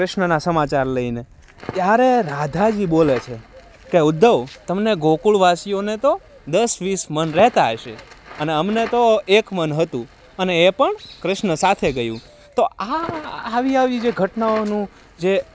કૃષ્ણના સમાચાર લઈને ત્યારે રાધાજી બોલે છે કે ઉદ્ધવ તમને ગોકુળવાસીઓને તો દસ વીસ મન રહેતા હશે અને અમને તો એક મન હતું અને એ પણ કૃષ્ણ સાથે ગયું તો આ આવી આવી જે ઘટનાઓનું જે